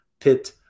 Pit